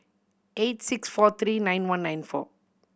eight six four three nine one nine four